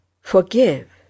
Forgive